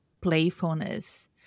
playfulness